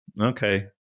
okay